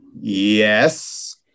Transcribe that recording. Yes